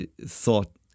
thought